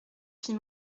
fit